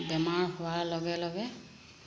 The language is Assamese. বেমাৰ হোৱাৰ লগে লগে